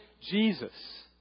Jesus